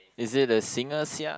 is it the singer Sia